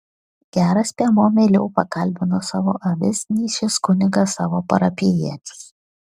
geras piemuo meiliau pakalbina savo avis nei šis kunigas savo parapijiečius